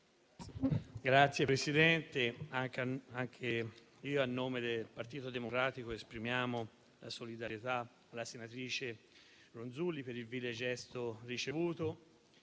Signora Presidente, anche io, a nome del Partito Democratico, esprimo solidarietà alla senatrice Ronzulli per il vile gesto ricevuto,